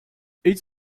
each